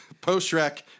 Post-Shrek